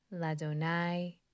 Ladonai